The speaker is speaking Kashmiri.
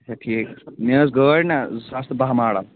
اچھا ٹھیٖک مےٚ ٲس گٲڑۍ نا زٕ ساس تہٕ باہ ماڈل